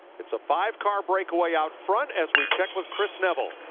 it's a five-car breakaway out front as we check with chris neville.